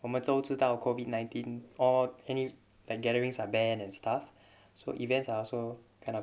我们都知道 COVID nineteen all any like gatherings are banned and stuff so events are also kind of